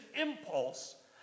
impulse